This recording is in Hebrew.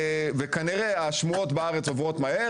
וכנראה השמועות בארץ עוברות מהר,